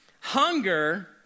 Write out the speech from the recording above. Hunger